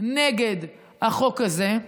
נגד החוק הזה.